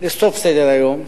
לסוף סדר-היום,